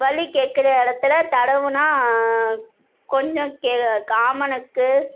வலி கேட்குற இடத்துல தடவினா கொஞ்சம் ஆமணக்கு